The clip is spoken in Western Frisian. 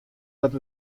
dat